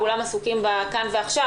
כולם עסוקים בכאן ועכשיו,